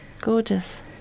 Gorgeous